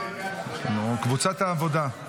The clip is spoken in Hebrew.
קבוצת העבודה.